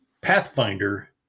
Pathfinder